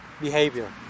behavior